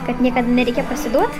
kad niekada nereikia pasiduot